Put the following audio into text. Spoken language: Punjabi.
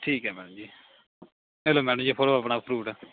ਠੀਕ ਹੈ ਮੈਡਮ ਜੀ ਇਹ ਲਓ ਮੈਡਮ ਜੀ ਫੜੋ ਆਪਣਾ ਫਰੂਟ